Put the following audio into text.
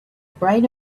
brain